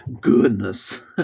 Goodness